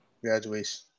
Graduation